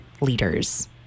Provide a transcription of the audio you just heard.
leaders